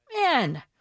Man